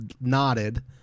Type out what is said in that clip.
nodded